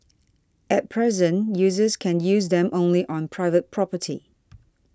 at present users can use them only on private property